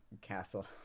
castle